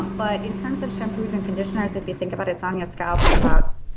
but in terms of shampoos and conditioners, if you think about it's on your scalp for about